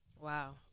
Wow